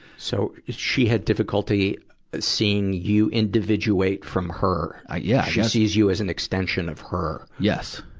so, she had difficulty seeing you individuate from her. ah yeah she sees you as an extension of her. yes.